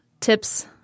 tips